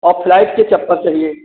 और फ़्लाइट के चप्पल चाहिए